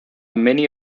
many